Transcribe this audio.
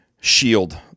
shield